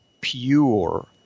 pure